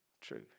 True